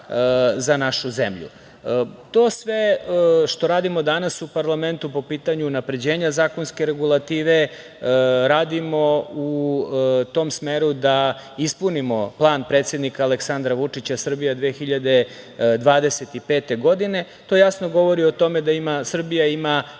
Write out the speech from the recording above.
za našu zemlju. To sve što radimo danas u parlamentu po pitanju unapređenja zakonske regulative, radimo u tom smeru da ispunimo plan predsednika Aleksandra Vučića Srbija 2025. godine. To jasno govori o tome da Srbija ima